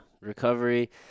recovery